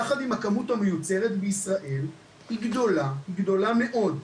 יחד עם הכמות המיוצרת בישראל היא גדולה וגדולה מאוד.